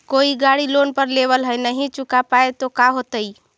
कोई गाड़ी लोन पर लेबल है नही चुका पाए तो का होतई?